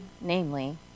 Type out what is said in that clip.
namely